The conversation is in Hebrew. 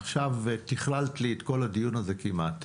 עכשיו תכללת את כל הדיון הזה כמעט.